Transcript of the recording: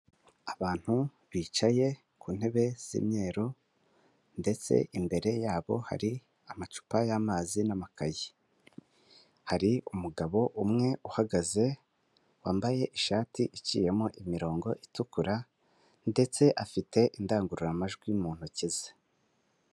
Abantu bicaye ku ntebe z'imyeru ndetse imbere yabo hari amacupa y'amazi n'amakaye, hari umugabo umwe uhagaze wambaye ishati iciyemo imirongo itukura ndetse afite indangururamajwi mu ntoki ze.